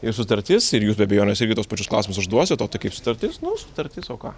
ir sutartis ir jūs be abejonės irgi tuos pačius klausimus užduosit o tai kaip sutartis sutartis o ką